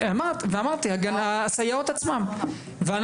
ואמרתי - אנחנו ננסה עם הסייעות עצמן לעשות